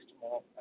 more